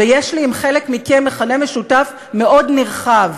ויש לי עם חלק מכם מכנה משותף מאוד נרחב: